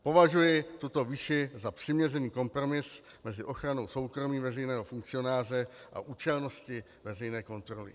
Považuji tuto výši za přiměřený kompromis mezi ochranou soukromí veřejného funkcionáře a účelnosti veřejné kontroly.